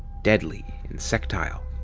deadly, insectile.